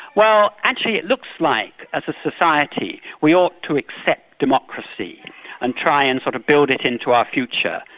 well, actually it looks like as a society, we ought to accept democracy and try and sort of build it into our future.